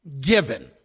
given